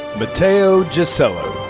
matteo gisellu.